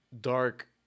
dark